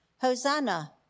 Hosanna